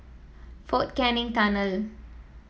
Fort Canning Tunnel